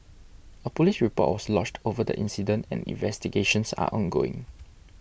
a police report was lodged over the incident and investigations are ongoing